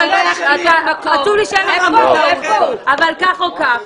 אבל כך או כך,